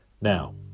Now